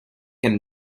can